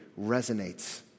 resonates